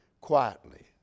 quietly